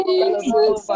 Jesus